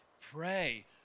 pray